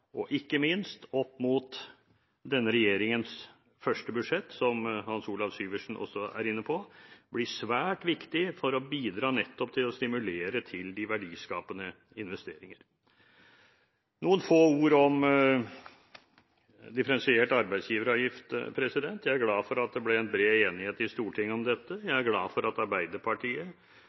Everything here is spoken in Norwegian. kommer, ikke minst sett opp mot denne regjeringens første budsjett – som Hans Olav Syversen også er inne på – blir svært viktig for å bidra nettopp til å stimulere til de verdiskapende investeringer. Noen få ord om differensiert arbeidsgiveravgift. Jeg er glad for at det ble bred enighet i Stortinget om dette. Jeg er glad for at Arbeiderpartiet